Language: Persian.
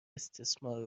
استثمار